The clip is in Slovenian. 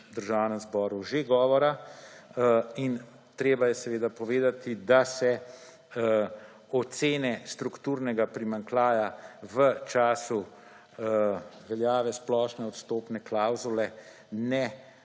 Državnem zboru že govora, in treba je povedati, da se ocen strukturnega primanjkljaja v času veljave splošne odstopne klavzule ne